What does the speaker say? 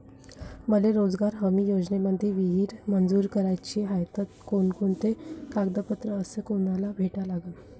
मले रोजगार हमी योजनेमंदी विहीर मंजूर कराची हाये त कोनकोनते कागदपत्र अस कोनाले भेटा लागन?